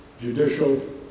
judicial